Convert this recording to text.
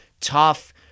tough